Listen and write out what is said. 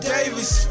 Davis